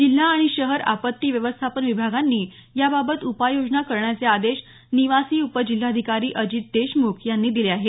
जिल्हा आणि शहर आपत्ती व्यवस्थापन विभागांनी याबाबत उपाययोजना करण्याचे आदेश निवासी उपजिल्हाधिकारी अजित देशमुख यांनी दिले आहेत